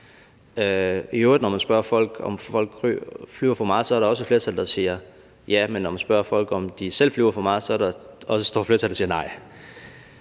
i øvrigt spørger folk, om folk generelt flyver for meget, er der også et flertal, der siger ja, men når man spørger, om de selv flyver for meget, er der også et stort flertal, der siger nej.